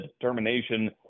determination